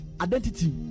identity